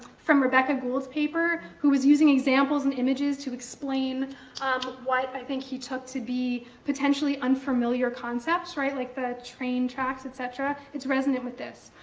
from rebecca gould's paper, who was using examples and images to explain what, i think, he took to be potentially unfamiliar concepts, like the train tracks, et cetera, it's resonant with this.